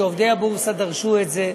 עובדי הבורסה דרשו את זה.